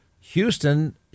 Houston